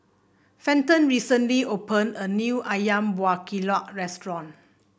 Fenton recently open a new ayam Buah Keluak restaurant